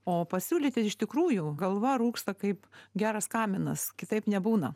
o pasiūlyti iš tikrųjų galva rūksta kaip geras kaminas kitaip nebūna